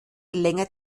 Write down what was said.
länger